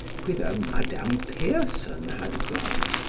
whither madame pierson had gone.